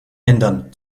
ändern